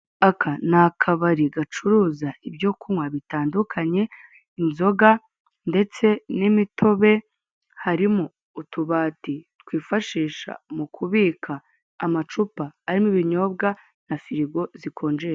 Aka ni akabari gacuruza ibyo kunywa bitandukanye inzoga ndetse n'imitobe, harimo utubati twifashisha mu kubika amacupa arimo ibinyobwa na firigo zikonjesha.